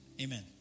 amen